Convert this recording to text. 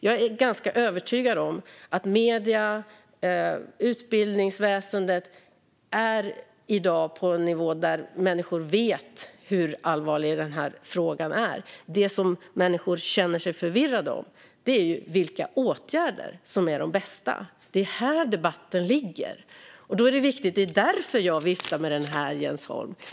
Jag är ganska övertygad om att medierna och utbildningsväsendet i dag är på en nivå där människor vet hur allvarlig frågan är. Det som gör människor förvirrade gäller vilka åtgärder som är de bästa. Det är här debatten ligger. Och det är därför som jag viftar med era reformer, Jens Holm.